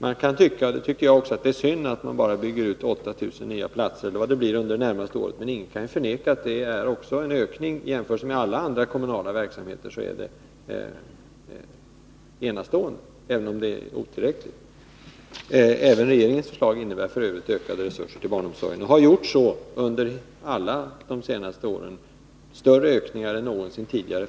Man kan tycka — och det tycker jag också — att det är synd att man bara bygger 8 000 platser eller vad det blir under det närmaste året. Men ingen kan förneka att det är en ökning. Jämfört med andra kommunala verksamheter är det enastående, även om det är otillräckligt. Även regeringens förslag i budgeten innebär f. ö. ökade resurser till barnomsorgen och har gjort så under de senaste åren. Det har varit större ökningar än någonsin tidigare.